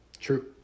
True